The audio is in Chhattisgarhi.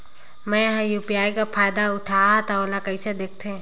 मैं ह यू.पी.आई कर फायदा उठाहा ता ओला कइसे दखथे?